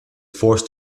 forced